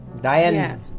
Diane